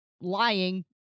lying